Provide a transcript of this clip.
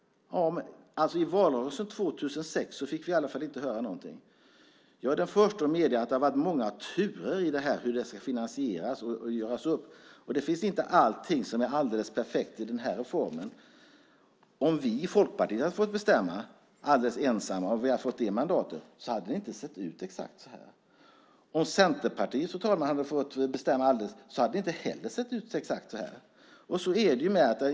I valrörelsen år 2006 fick vi i varje fall inte höra någonting. Jag är den förste att medge att det har varit många turer i hur det ska finansieras och göras upp. Allting är inte alldeles perfekt i den här reformen. Om vi i Folkpartiet hade fått bestämma alldeles ensamma och haft det mandatet hade det inte sett ut exakt så här. Fru talman! Om Centerpartiet hade fått bestämma hade det heller inte sett ut exakt så här.